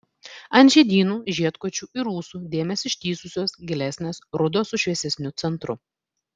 ant žiedynų žiedkočių ir ūsų dėmės ištįsusios gilesnės rudos su šviesesniu centru